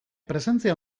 presentzia